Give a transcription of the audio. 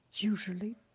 usually